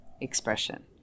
expression